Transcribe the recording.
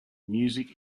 music